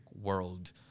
world